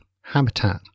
habitat